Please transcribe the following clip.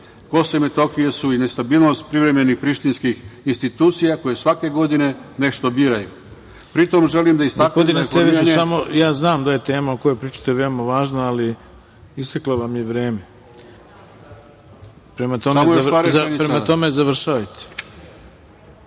prostoru KiM su i nestabilnost privremenih prištinskih institucija koje svake godine nešto biraju. Pritom, želim da istaknem…